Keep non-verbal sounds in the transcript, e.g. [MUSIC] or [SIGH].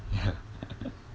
ya [LAUGHS]